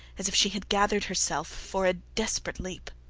as if she had gathered herself for a desperate leap.